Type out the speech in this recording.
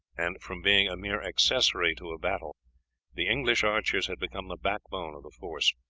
and from being a mere accessory to a battle the english archers had become the backbone of the force.